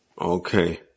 Okay